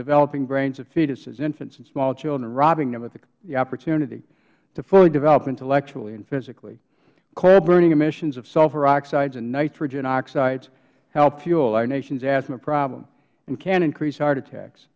developing brains of fetuses infants and small children robbing them of the opportunity to fully develop intellectually and physically coalburning emissions of sulfur oxides and nitrogen oxides help fuel our nation's asthma problem and can increase heart attacks